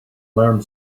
learn